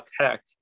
Tech